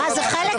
המיקרופונים.